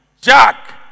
Jack